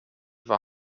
war